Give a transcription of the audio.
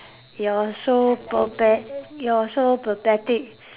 you are so pape~ you are so pathetic